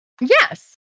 Yes